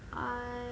I